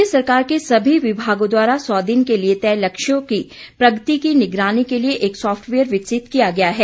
राज्य सरकार के सभी विभागों द्वारा सौ दिन के लिए तय लक्ष्यों की प्रगति की निगरानी के लिए एक सॉफ्टवेयर विकसित किया गया है